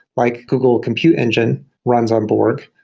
like google compute engine runs on borg.